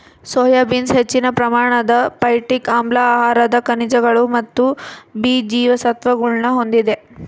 soya beans ಹೆಚ್ಚಿನ ಪ್ರಮಾಣದ phytic ಆಮ್ಲ ಆಹಾರದ ಖನಿಜಗಳು ಮತ್ತು ಬಿ ಜೀವಸತ್ವಗುಳ್ನ ಹೊಂದಿದೆ